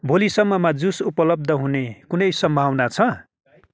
भोलिसम्ममा जुस उपलब्ध हुने कुनै सम्भावना छ